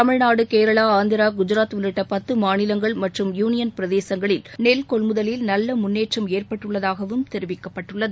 தமிழ்நாடு கேரளா ஆந்திரா குஜாத் உள்ளிட்ட பத்து மாநிலங்கள் மற்றும் யூனியன் பிரதேசங்களில் நெல் கொள்முதலில் நல்ல முன்னேற்றம் ஏற்பட்டுள்ளதாகவும் தெரிவிக்கப்பட்டுள்ளது